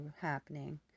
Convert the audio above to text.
happening